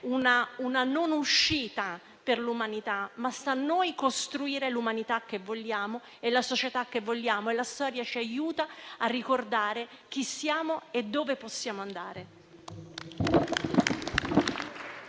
una non uscita per l'umanità, ma sta a noi costruire l'umanità che vogliamo e la società che vogliamo. La storia ci aiuta a ricordare chi siamo e dove possiamo andare.